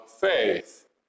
faith